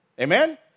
Amen